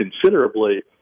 considerably